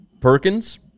Perkins